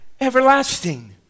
Everlasting